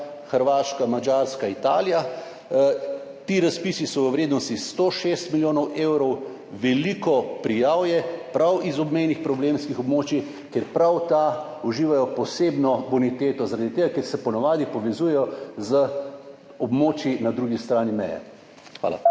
Hrvaška, Madžarska, Italija. Ti razpisi so v vrednosti 106 milijonov evrov. Veliko prijav je prav z obmejnih problemskih območij, ker prav ta uživajo posebno boniteto, zaradi tega ker se po navadi povezujejo z območji na drugi strani meje. Hvala.